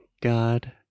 God